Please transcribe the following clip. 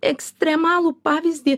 ekstremalų pavyzdį